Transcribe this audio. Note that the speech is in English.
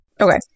Okay